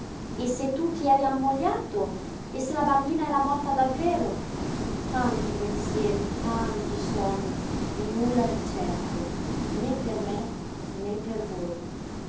e se tu ti eri ammogliato e se la bambina era morta davvero tanti pensieri tanti sogni e nulla di certo né per me né per voi